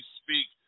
speak